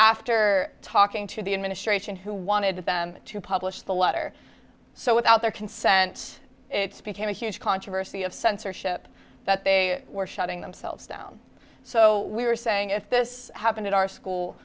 after talking to the administration who wanted to publish the letter so without their consent it's became a huge controversy of censorship that they were shutting themselves down so we're saying if this happened in our school